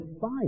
fire